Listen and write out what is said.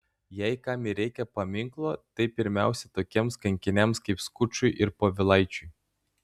jei kam ir reikia paminklo tai pirmiausia tokiems kankiniams kaip skučui ir povilaičiui